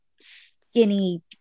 skinny